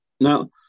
Now